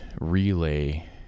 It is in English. relay